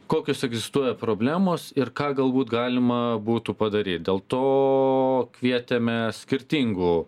kokios egzistuoja problemos ir ką galbūt galima būtų padaryt dėl to kvietėme skirtingų